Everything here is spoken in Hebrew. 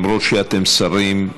למרות שאתם שרים,